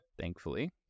Thankfully